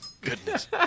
Goodness